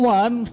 one